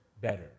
better